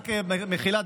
במחילה,